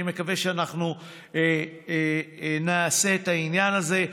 אני מקווה שאנחנו נעשה את העניין הזה.